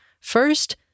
First